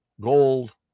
gold